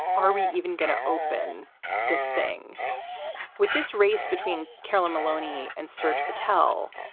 are we even going to open this thing with this race between carolyn maloney and serj patel?